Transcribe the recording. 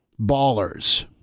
ballers